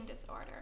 disorder